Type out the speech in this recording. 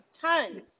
Tons